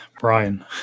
brian